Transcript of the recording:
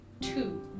two